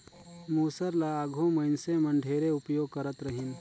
मूसर ल आघु मइनसे मन ढेरे उपियोग करत रहिन